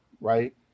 right